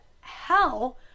hell